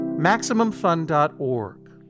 MaximumFun.org